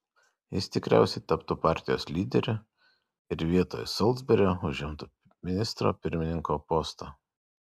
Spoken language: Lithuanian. jis tikriausiai taptų partijos lyderiu ir vietoj solsberio užimtų ministro pirmininko postą